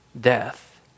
death